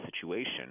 situation